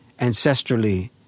ancestrally